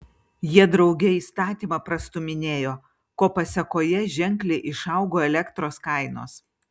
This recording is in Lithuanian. jie drauge įstatymą prastūminėjo ko pasėkoje ženkliai išaugo elektros kainos